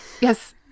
Yes